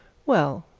well,